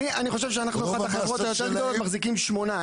אני חושב שאנחנו אחת החברות היותר גדולות מחזיקות שמונה.